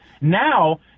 Now